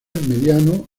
mediano